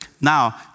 Now